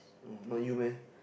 not you meh